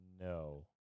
No